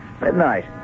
Midnight